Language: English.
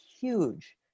huge